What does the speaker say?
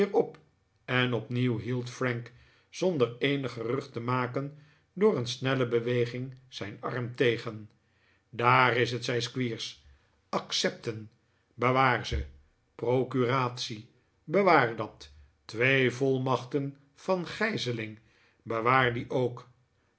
op en opnieuw hield frank zonder eenig gerucht te maken door een snelle beweging zijn arm tegen daar is het zei squeers accepten bewaar ze procuratie bewaar dat twee volmachten van gijzeling bewaar die ook